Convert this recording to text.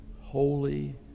holy